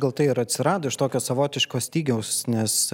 gal tai ir atsirado iš tokio savotiško stygiaus nes